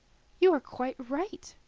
you are quite right,